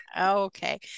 Okay